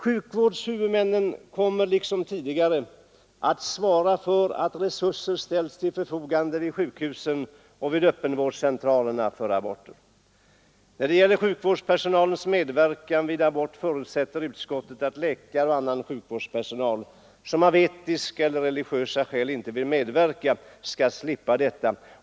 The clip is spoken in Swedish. Sjukvårdshuvudmännen kommer liksom tidigare att svara för att resurser ställs till förfogande vid sjukhusen och vid öppenvårdscentralerna för aborter. När det gäller sjukvårdspersonalens medverkan vid abort förutsätter utskottet att läkare och annan sjukvårdspersonal som av etiska eller religiösa skäl inte vill medverka skall slippa detta.